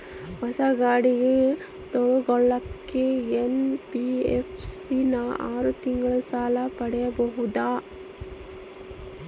ಹೊಸ ಗಾಡಿ ತೋಗೊಳಕ್ಕೆ ಎನ್.ಬಿ.ಎಫ್.ಸಿ ನಾಗ ಆರು ತಿಂಗಳಿಗೆ ಸಾಲ ಪಡೇಬೋದ?